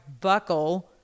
buckle